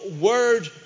word